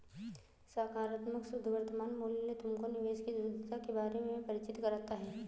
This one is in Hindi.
सकारात्मक शुद्ध वर्तमान मूल्य तुमको निवेश की शुद्धता के बारे में परिचित कराता है